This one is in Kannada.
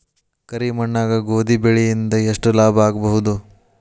ಕರಿ ಮಣ್ಣಾಗ ಗೋಧಿ ಬೆಳಿ ಇಂದ ಎಷ್ಟ ಲಾಭ ಆಗಬಹುದ?